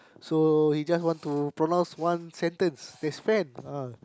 so he just want to pronounce one sentence there's fan ah